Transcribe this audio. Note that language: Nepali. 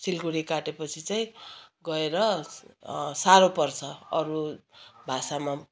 सिलगढी काटेपछि चाहिँ गएर साह्रो पर्छ अरू भाषामा